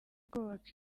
kubaka